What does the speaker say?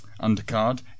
undercard